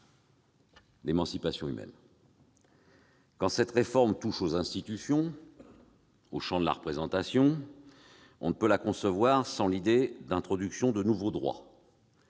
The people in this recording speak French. l'émancipation humaine. Quand cette réforme touche aux institutions, au champ de la représentation, nous ne pouvons la concevoir sans l'idée d'introduire de nouveaux droits,